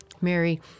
Mary